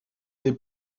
n’est